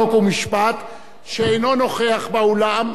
חוק ומשפט שאינו נוכח באולם,